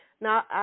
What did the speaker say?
Now